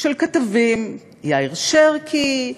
של כתבים: יאיר שרקי,